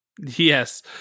yes